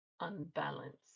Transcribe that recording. unbalanced